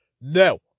No